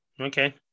Okay